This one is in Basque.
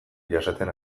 jasaten